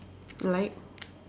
like